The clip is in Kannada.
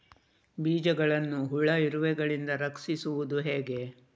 ಬೀಜವನ್ನು ಹುಳ, ಇರುವೆಗಳಿಂದ ರಕ್ಷಿಸುವುದು ಹೇಗೆ?